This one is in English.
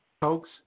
Folks